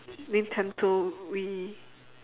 Nintendo Wii